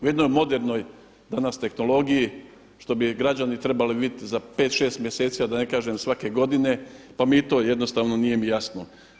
U jednoj modernoj danas tehnologiji što bi je građani trebali vidjeti za pet, šest mjeseci, a da ne kažem svake godine pa mi to jednostavno nije mi jasno.